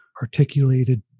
articulated